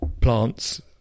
plants